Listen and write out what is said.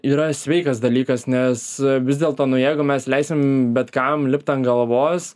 yra sveikas dalykas nes vis dėlto nu jeigu mes leisim bet kam lipt ant galvos